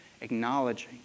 Acknowledging